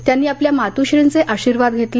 त्यांनी आपल्या मातुःश्रींचे आशिर्वाद घेतले